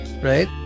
right